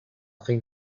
think